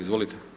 Izvolite.